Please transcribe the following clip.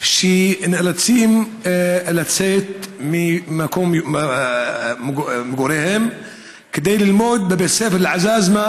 שנאלצים לצאת ממקום מגוריהם כדי ללמוד בבית ספר אל-עזאזמה,